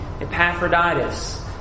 Epaphroditus